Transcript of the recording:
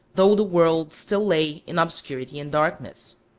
though the world still lay in obscurity and darkness.